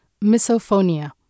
misophonia